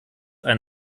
ein